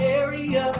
area